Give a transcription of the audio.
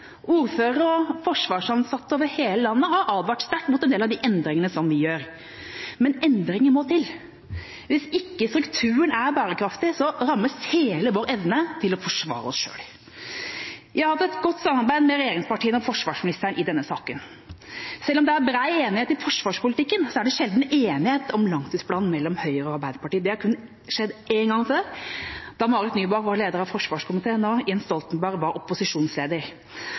Ordførere og forsvarsansatte over hele landet har advart sterkt mot en del av de endringene vi gjør. Men endringer må til. Hvis ikke strukturen er bærekraftig, rammes hele vår evne til å forsvare oss selv. Jeg har hatt et godt samarbeid med regjeringspartiene og forsvarsministeren i denne saken. Selv om det er bred enighet i forsvarspolitikken, er det sjelden enighet om langtidsplanen mellom Høyre og Arbeiderpartiet. Det har skjedd kun én gang før, da Marit Nybakk var leder av forsvarskomiteen og Jens Stoltenberg var opposisjonsleder.